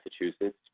Massachusetts